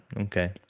okay